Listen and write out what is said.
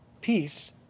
Peace